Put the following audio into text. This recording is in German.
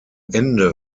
ende